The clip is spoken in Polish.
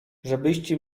żebyście